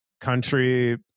country